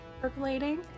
percolating